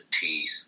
teeth